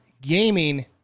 Gaming